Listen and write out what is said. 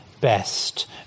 best